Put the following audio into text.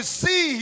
see